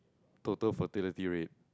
total fertility rate